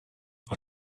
are